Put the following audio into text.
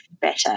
better